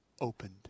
opened